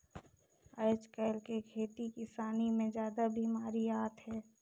आयज कायल के खेती किसानी मे जादा बिमारी आत हे